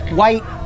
white